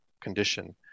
condition